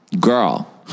Girl